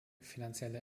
finanzielle